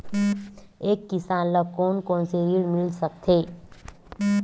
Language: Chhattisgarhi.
एक किसान ल कोन कोन से ऋण मिल सकथे?